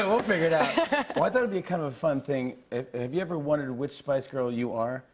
and we'll figure it out. well, i thought it would be kind of a fun thing have you ever wondered which spice girl you are?